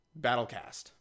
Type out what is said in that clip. BattleCast